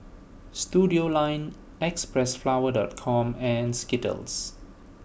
Studioline Xpressflower the Com and Skittles